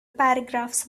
paragraphs